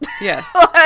Yes